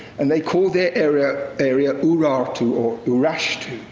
and they called their area, area urartu or urashtu.